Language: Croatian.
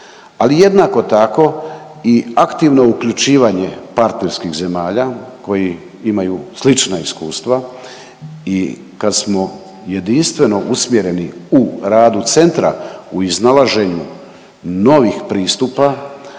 ali jednako tako i aktivno uključivanje partnerskih zemalja koji imaju slična iskustava i kad smo jedinstveno usmjereni u radu centra u iznalaženju novih pristupa,